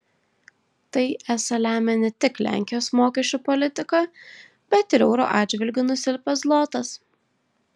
tai esą lemia ne tik lenkijos mokesčių politika bet ir euro atžvilgiu nusilpęs zlotas